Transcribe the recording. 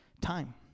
time